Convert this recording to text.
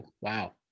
Wow